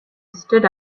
stood